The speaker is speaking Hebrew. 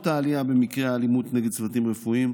העלייה במקרי האלימות נגד צוותים רפואיים,